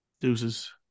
deuces